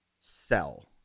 sell